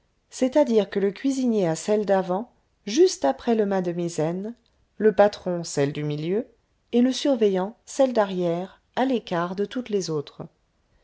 c'est-à-dire que le cuisinier a celle d'avant juste après le mat de misaine le patron celle du milieu et le surveillant celle d'arrière à l'écart de toutes les autres